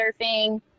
surfing